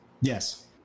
Yes